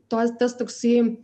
tos tas toksai